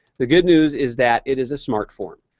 the good news is that it is a smart form.